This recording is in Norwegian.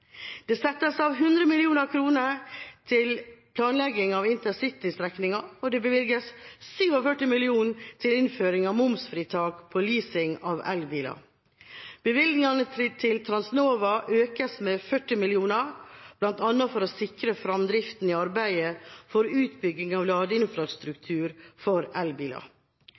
til planlegging av intercitystrekninger. Det bevilges 47 mill. kr til innføring av momsfritak på leasing av elbiler. Bevilgningene til Transnova økes med 40 mill. kr, bl.a. for å sikre fremdriften i arbeidet med utbygging av ladeinfrastruktur for elbiler.